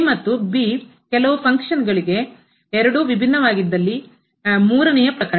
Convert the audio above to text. ಮತ್ತು ಕೆಲವು ಫಂಕ್ಷನ್ ಕಾರ್ಯ ಗಳಿಗೆ ಎರಡೂ ವಿಭಿನ್ನವಾಗಿದ್ದಲ್ಲಿ ಮೂರನೆಯ ಪ್ರಕರಣ